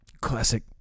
Classic